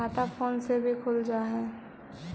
खाता फोन से भी खुल जाहै?